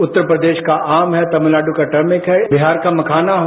उत्तर प्रदेश का आम है तामिलनाड् का टर्मिक है बिहार का मखाना हो